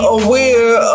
aware